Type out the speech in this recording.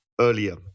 earlier